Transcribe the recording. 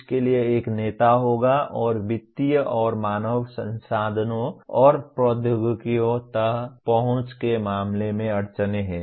उसके लिए एक नेता होगा और वित्तीय और मानव संसाधनों और प्रौद्योगिकियों तक पहुंच के मामले में अड़चनें हैं